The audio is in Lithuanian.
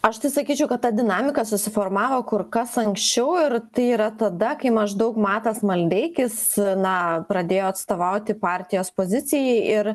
aš tai sakyčiau kad ta dinamika susiformavo kur kas anksčiau ir tai yra tada kai maždaug matas maldeikis na pradėjo atstovauti partijos pozicijai ir